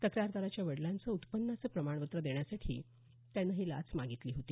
तक्रारदाराच्या वडिलांचं उत्पन्नाचं प्रमाणपत्र देण्यासाठी त्यानं ही लाच मागितली होती